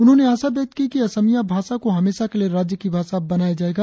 उन्होंने आशा व्यक्त की कि असमिया भाषा को हमेशा के लिए राज्य की भाषा बनाया जाएगा